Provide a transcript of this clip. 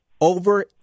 Over